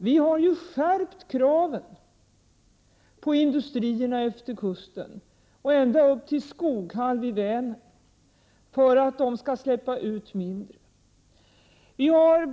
Vi har skärpt kraven på industrierna utefter kusten och ända upp till Skoghall vid Vänern för att de skall göra mindre utsläpp.